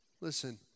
Listen